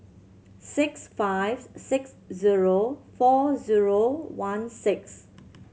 six five six zero four zero one six